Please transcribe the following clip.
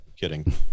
Kidding